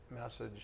message